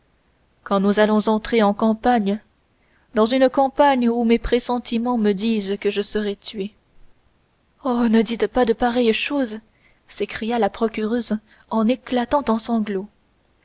quand nous allons entrer en campagne dans une campagne où mes pressentiments me disent que je serai tué oh ne dites pas de pareilles choses s'écria la procureuse en éclatant en sanglots